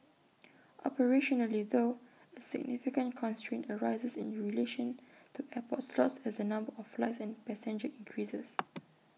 operationally though A significant constraint arises in relation to airport slots as the number of flights and passengers increases